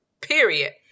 Period